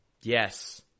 Yes